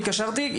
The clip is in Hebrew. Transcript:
אם קשרתי,